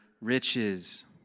riches